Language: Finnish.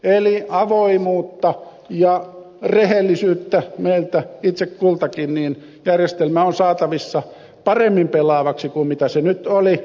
eli kun vaaditaan avoimuutta ja rehellisyyttä meiltä itse kultakin niin järjestelmä on saatavissa paremmin pelaavaksi kuin mitä se nyt oli